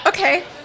Okay